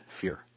fear